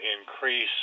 increase